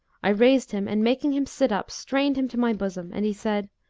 i raised him and making him sit up, strained him to my bosom, and he said,